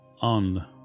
on